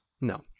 No